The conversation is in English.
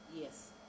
Yes